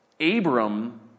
Abram